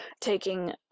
taking